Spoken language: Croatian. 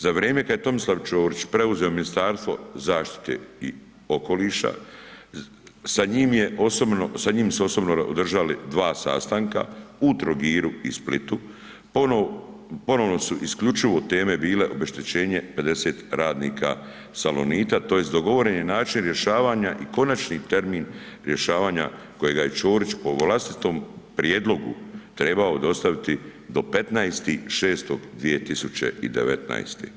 Za vrijeme kad je Tomislav Čorić preuzeo Ministarstvo zaštite i okoliša sa njim je osobno, sa njim su osobno održali 2 sastanka u Trogiru i Splitu, ponovno su isključivo teme bile obeštećenje 50 radnika Salonita, tj. dogovoren je način rješavanja i konačni termin rješavanja kojega je Čorić po vlastitom prijedlogu trebao dostaviti do 15.6.2019.